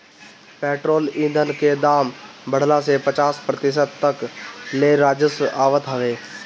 petrol ईधन के दाम बढ़ला से पचास प्रतिशत तक ले राजस्व आवत हवे